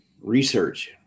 Research